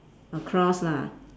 across lah